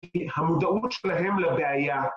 כי המודעות שלהם לבעיה